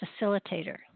facilitator